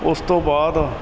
ਉਸ ਤੋਂ ਬਾਅਦ